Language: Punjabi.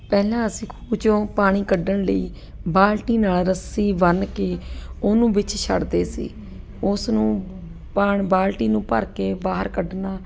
ਪਹਿਲਾਂ ਅਸੀਂ ਖੂਹ 'ਚੋਂ ਪਾਣੀ ਕੱਢਣ ਲਈ ਬਾਲਟੀ ਨਾਲ ਰੱਸੀ ਬੰਨ੍ਹ ਕੇ ਉਹਨੂੰ ਵਿੱਚ ਛੱਡਦੇ ਸੀ ਉਸ ਨੂੰ ਪਾਣ ਬਾਲਟੀ ਨੂੰ ਭਰ ਕੇ ਬਾਹਰ ਕੱਢਣਾ